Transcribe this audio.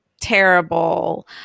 terrible